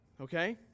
Okay